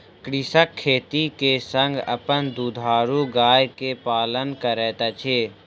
कृषक खेती के संग अपन दुधारू गाय के पालन करैत अछि